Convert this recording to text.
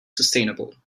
sustainable